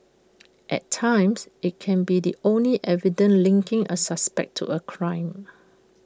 at times IT can be the only evident linking A suspect to A crime